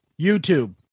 YouTube